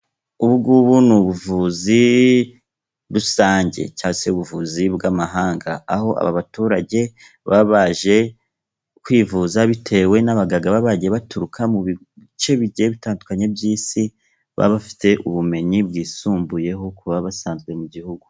Ubu ngubu ni ubuvuzi rusange cyangwa se ubuvuzi bw'amahanga. aho aba baturage baba baje kwivuza, bitewe n'abaganga baba bagiye baturuka mu bi bice bigiye bitandukanye by'isi, baba bafite ubumenyi bwisumbuyeho kubaba basanzwe mu gihugu.